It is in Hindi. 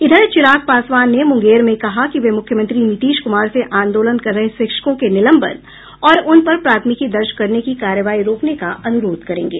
इधर चिराग पासवान ने मूंगेर में कहा कि वे मुख्यमंत्री नीतीश कुमार से आंदोलन कर रहे शिक्षकों के निलंबन और उन पर प्राथमिकी दर्ज करने की कार्रवाई रोकने का अनुरोध करेंगे